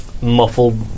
muffled